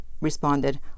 responded